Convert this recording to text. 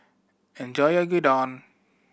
enjoy your Gyudon